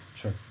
sure